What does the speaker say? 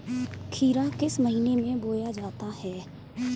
खीरा किस महीने में बोया जाता है?